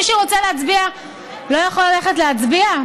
מי שרוצה להצביע לא יכול ללכת להצביע?